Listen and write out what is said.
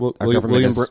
William